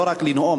לא רק לנאום,